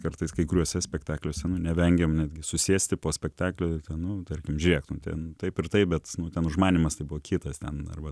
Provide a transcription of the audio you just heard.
kartais kai kuriuose spektakliuose nevengiam netgi susėsti po spektaklio ten nu dar žiūrėk tu ten taip ir taip bet nuo ten užmanymas tai buvo kitas ten arba